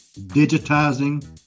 digitizing